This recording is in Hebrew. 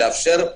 לאפשר.